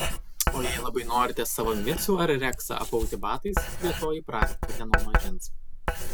o jei labai norite savo micių ar reksą apauti batais prie to jį pratinkite nuo mažens